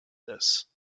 this